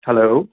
hello